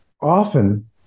often